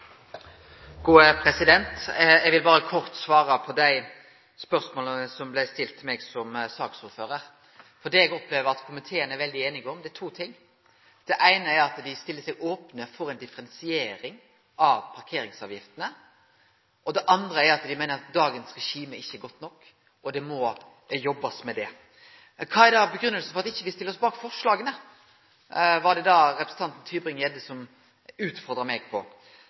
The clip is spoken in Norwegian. Eg vil berre kort svare på dei spørsmåla som blei stilte til meg som saksordførar. Det eg opplever at komiteen er veldig einig om, er to ting. Det eine er at ein stiller seg open for ei differensiering av parkeringsavgiftene. Det andre er at ein meiner at dagens regime ikkje er godt nok, og at det må jobbast med det. Kva er da grunngivinga for at me ikkje stiller oss bak forslaga? Det